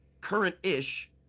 current-ish